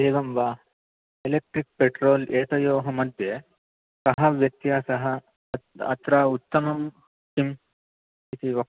एवं वा electric petrol एतयोः मध्ये कः व्यत्यासः अत्र उत्तमं किम् इति वक्तुम्